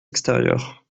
extérieur